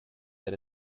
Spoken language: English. that